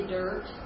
dirt